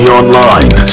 online